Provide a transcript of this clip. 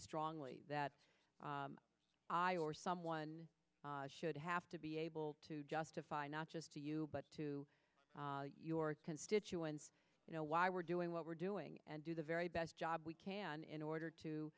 strongly that i or someone should have to be able to justify not just to you but to your constituents you know why we're doing we're doing and do the very best job we can in order to